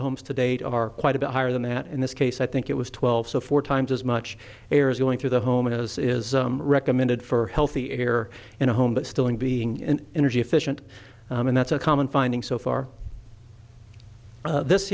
the homes to date are quite a bit higher than that in this case i think it was twelve so four times as much air as going through the home and as is recommended for healthy air in a home but still in being an energy efficient and that's a common finding so far this